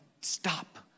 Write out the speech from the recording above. stop